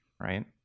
Right